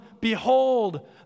behold